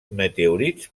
meteorits